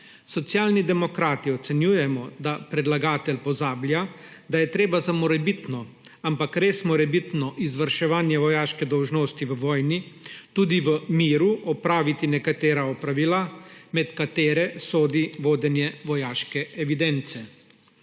Socialni demokrati ocenjujemo, da predlagatelj pozablja, da je treba za morebitno, ampak res morebitno izvrševanje vojaške dolžnosti v vojni tudi v miru opraviti nekatera opravila, med katera sodi vodenje vojaške evidence.